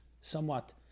somewhat